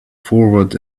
forward